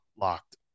Locked